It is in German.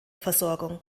versorgung